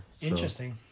Interesting